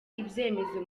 ibyemezo